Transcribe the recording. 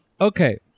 Okay